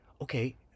Okay